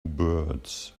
birds